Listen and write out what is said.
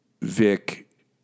Vic